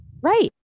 right